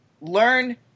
Learn